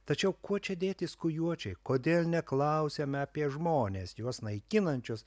tačiau kuo čia dėti skujuočiai kodėl neklausiame apie žmones juos naikinančius